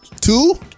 Two